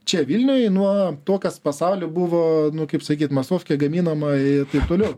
čia vilniuj nuo to kas pasauly buvo kaip sakyt masofke gaminama ir taip toliau